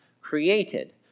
created